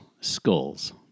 Skulls